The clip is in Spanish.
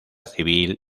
civil